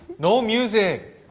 no music!